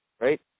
right